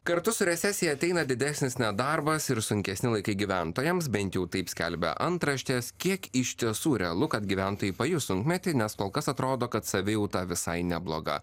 kartu su recesija ateina didesnis nedarbas ir sunkesni laikai gyventojams bent jau taip skelbia antraštės kiek iš tiesų realu kad gyventojai pajus sunkmetį nes kol kas atrodo kad savijauta visai nebloga